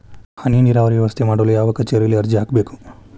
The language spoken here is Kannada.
ಹನಿ ನೇರಾವರಿ ವ್ಯವಸ್ಥೆ ಮಾಡಲು ಯಾವ ಕಚೇರಿಯಲ್ಲಿ ಅರ್ಜಿ ಹಾಕಬೇಕು?